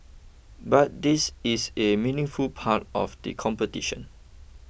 But this is a meaningful part of the competition